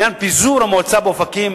בעניין פיזור המועצה באופקים,